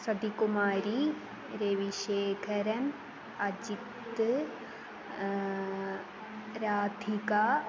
सतिकुमारी रविशेखरः अजितः राधिका